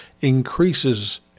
increases